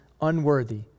unworthy